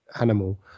animal